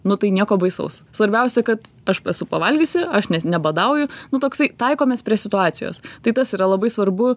nu tai nieko baisaus svarbiausia kad aš esu pavalgiusi aš nes nebadauju nu toksai taikomės prie situacijos tai tas yra labai svarbu